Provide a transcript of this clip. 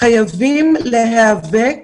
חייבים להיאבק